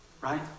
right